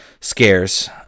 scares